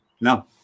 No